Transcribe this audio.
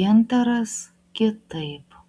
gintaras kitaip